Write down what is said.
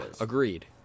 agreed